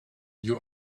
you